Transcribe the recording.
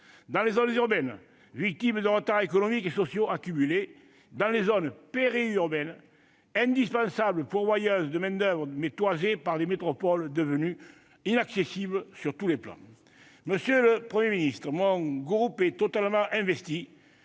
dans les zones urbaines victimes de retards économiques et sociaux accumulés, dans les zones périurbaines, indispensables pourvoyeuses de main-d'oeuvre, mais toisées par des métropoles devenues inaccessibles sur tous les plans. Monsieur le Premier ministre, mon groupe est totalement investi